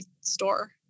store